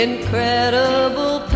Incredible